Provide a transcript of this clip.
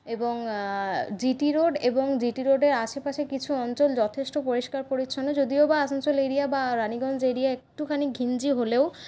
এবং GT road এবং GT রোডের আশেপাশে কিছু অঞ্চল যথেষ্ট পরিষ্কার পরিচ্ছন্ন যদিও বা আসানসোল এরিয়া বা রানিগঞ্জ এরিয়া একটুখানি ঘিঞ্জি হলেও